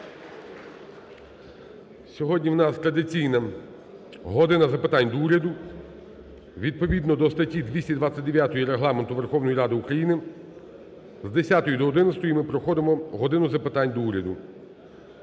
Сьогодні у нас традиційна "година запитань до Уряду". Відповідно до статті 229 Регламенту Верховної Ради України з 10 до 11 ми проходимо "годину запитань до Уряду".